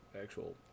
Actual